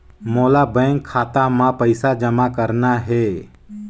मोला बैंक खाता मां पइसा जमा करना हे?